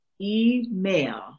email